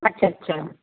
ਅੱਛਾ ਅੱਛਾ